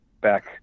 back